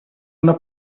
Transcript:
una